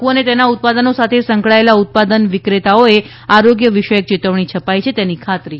તમાક્ર અને તેના ઉત્પાદનો સાથે સંકળાયેલા ઉત્પાદન વિક્રેતાઓએ આરોગ્ય વિષયક ચેતવણી છપાઈ છે તેની ખાતરી કરવી પડશે